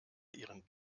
ihren